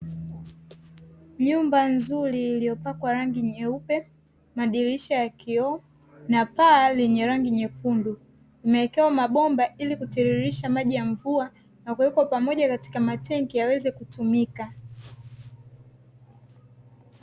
Nyumba nzuri iliyopakwa rangi nyeupe madirisha ya kioo na paa lenye rangi nyekundu, limewekewa mabomba ili kutiririsha maji ya mvua na kuwekwa pamoja katika matenki yaweze kutumika.